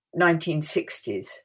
1960s